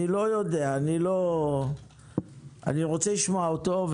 אני לא יודע, אני רוצה לשמוע אותו.